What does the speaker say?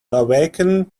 awaken